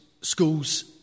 schools